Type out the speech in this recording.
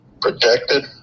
protected